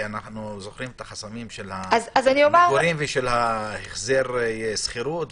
כי אנחנו זוכרים את החסמים של המגורים ושל החזר השכירות,